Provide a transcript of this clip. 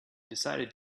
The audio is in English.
decided